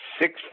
six